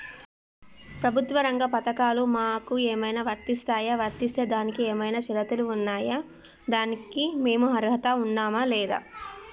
ప్రభుత్వ రంగ పథకాలు మాకు ఏమైనా వర్తిస్తాయా? వర్తిస్తే దానికి ఏమైనా షరతులు ఉన్నాయా? దానికి మేము అర్హత ఉన్నామా లేదా?